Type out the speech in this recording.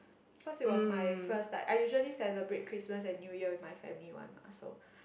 because it was my first like I usually celebrate Christmas and New Year with my family one ah so